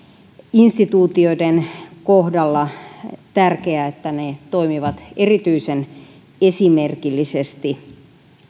instituutioiden kohdalla tärkeää niin että ne toimivat erityisen esimerkillisesti